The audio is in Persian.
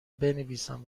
بنویسم